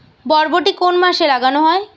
বরবটি কোন মাসে লাগানো হয়?